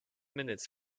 minutes